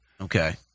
Okay